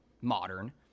modern